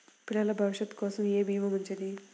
పిల్లల భవిష్యత్ కోసం ఏ భీమా మంచిది?